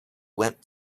went